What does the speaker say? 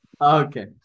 Okay